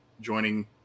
joining